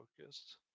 focused